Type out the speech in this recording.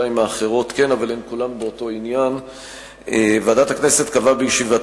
אני קובע שהצעת ועדת הכנסת